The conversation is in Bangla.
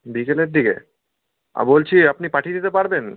বিকেলের দিকে আর বলছি আপনি পাঠিয়ে দিতে পারবেন